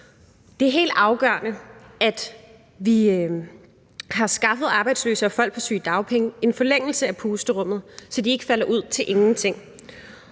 Det er helt afgørende, at vi har skaffet arbejdsløse og folk på sygedagpenge en forlængelse af pusterummet, så de ikke falder ud i ingenting.